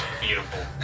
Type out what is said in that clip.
Beautiful